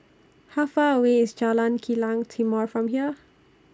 How Far away IS Jalan Kilang Timor from here